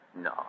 No